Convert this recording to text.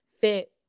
fit